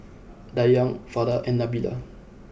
Dayang Farah and Nabila